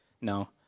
No